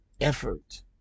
effort